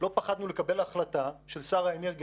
אנחנו לא פחדנו לקבל החלטה של שר האנרגיה